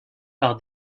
par